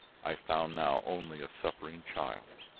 i found now only a suffering child.